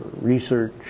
research